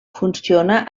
funciona